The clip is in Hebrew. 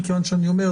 מכיוון שאני אומר,